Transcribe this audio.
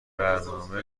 برنامه